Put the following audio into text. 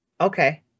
Okay